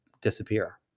disappear